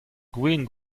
gwin